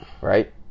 right